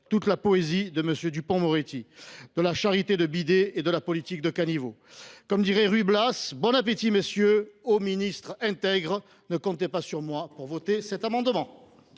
Toute la poésie de M. Dupond Moretti ! De la charité de bidet et de la politique de caniveau ! Comme disait Ruy Blas :« Bon appétit, messieurs ! Ô ministères intègres !» Ne comptez pas sur moi pour voter ces amendements.